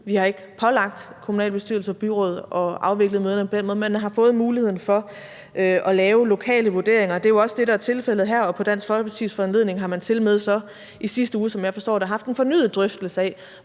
Vi har ikke pålagt kommunalbestyrelser og byråd at afvikle møderne på den måde, men man har fået muligheden for at lave lokale vurderinger. Det er jo også det, der er tilfældet her, og på Dansk Folkepartis foranledning har man tilmed så i sidste uge, som jeg forstår det, haft en fornyet drøftelse